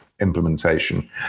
implementation